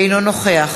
אינו נוכח